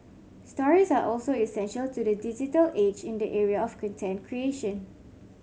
stories are also essential to the digital age in the area of content creation